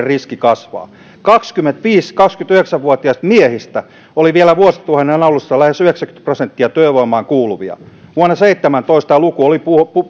riski kasvaa kaksikymmentäviisi viiva kaksikymmentäyhdeksän vuotiaista miehistä oli vielä vuosituhannen alussa lähes yhdeksänkymmentä prosenttia työvoimaan kuuluvia vuonna seitsemäntoista tämä luku oli